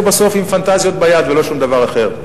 בסוף עם פנטזיות ביד ולא שום דבר אחר.